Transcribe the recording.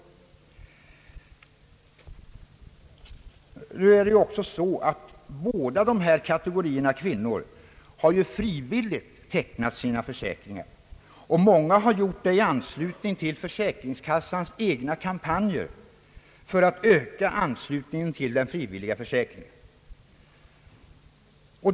Båda dessa kategorier kvinnor har ju tecknat sina försäkringar frivilligt, och många har gjort det i samband med försäkringskassans egna kampanjer för att öka anslutningen till den frivilliga försäkringen.